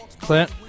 Clint